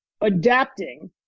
adapting